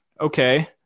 okay